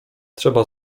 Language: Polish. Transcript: trzeba